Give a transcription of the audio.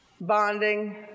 bonding